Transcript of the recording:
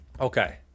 Okay